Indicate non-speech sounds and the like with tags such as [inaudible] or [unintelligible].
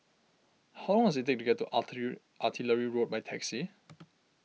how long does it take to get to [unintelligible] Artillery Road by taxi